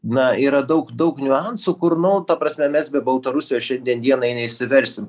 na yra daug daug niuansų kur nu ta prasme mes be baltarusijos šiai dienai neišsiversim